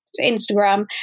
Instagram